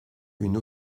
une